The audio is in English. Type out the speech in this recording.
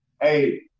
Hey